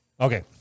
Okay